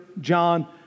John